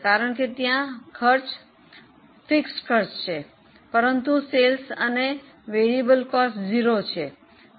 કારણ કે ત્યાં સ્થિર ખર્ચ છે પરંતુ વેચાણ અને ચલિત ખર્ચમાં 0 છે